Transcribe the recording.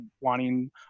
wanting